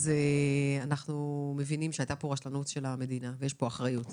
ואז מבינים שהייתה פה רשלנות של המדינה ויש פה גם אחריות שלה.